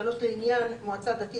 (3)לעניין מועצה דתית,